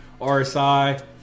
RSI